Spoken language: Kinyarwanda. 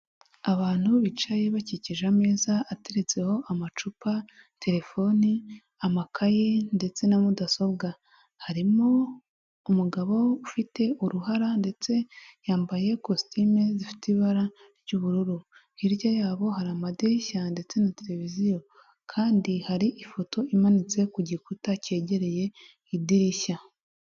Abantu bicaye bakikije ameza ateretseho: amacupa, terefoni, amakaye ndetse na mudasobwa, harimo umugabo ufite uruhara ndetse yambaye kositimu zifite ibara ry'ubururu, hirya yabo hari amadirishya ndetse na televiziyo kandi hari ifoto imanitse ku gikuta cyegereye idirishya.